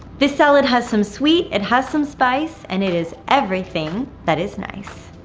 this salad has some sweet, it has some spice, and it is everything that is nice.